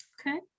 Okay